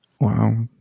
Wow